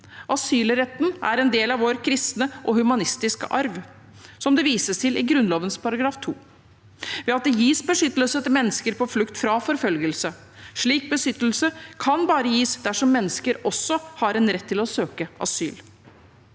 Asylretten er en del av vår kristne og humanistiske arv, som det vises til i Grunnloven § 2, ved at det gis beskyttelse til mennesker på flukt fra forfølgelse. Slik beskyttelse kan bare gis dersom disse menneskene også har en rett til å søke asyl.»